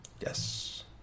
yes